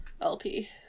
LP